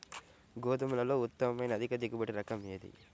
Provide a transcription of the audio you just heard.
గోధుమలలో ఉత్తమమైన అధిక దిగుబడి రకం ఏది?